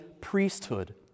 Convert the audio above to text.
priesthood